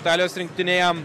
italijos rinktinėje